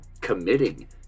committing